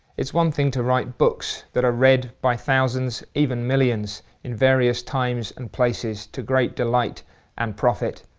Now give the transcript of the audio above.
it's one thing to write books that are read by thousands, even millions in various times and places, to great delight and profit.